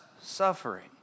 suffering